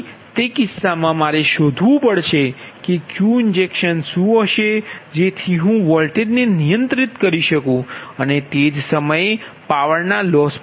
તેથી તે કિસ્સામાં મારે એ શોધવું પડશે કે Q ઇંજેક્શન શું હશે કે જેથી હું આ વોલ્ટેજ નિયંત્રિત કરી શકું અને તે જ સમયે પાવારના લોસ પણ